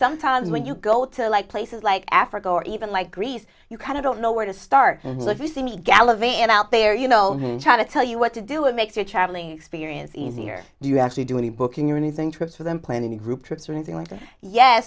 sometimes when you go to like places like africa or even like greece you kind of don't know where to start if you see me gallop and out there you know who try to tell you what to do it makes your traveling experience easier do you actually do any booking or anything trips with i'm planning a group trips or anything like that yes